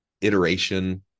iteration